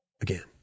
again